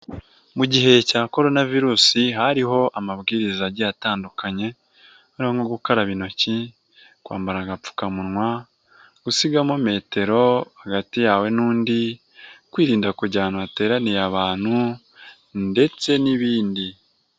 Mu gihe cya coronavirusi hariho amabwiriza agiye atandukanye, hari nko gukaraba intoki, kwambara agapfukamunwa, gusigamo metero hagati yawe n'undi, kwirinda ku kujya ahantu hateraniye abantu ndetse n'ibindi.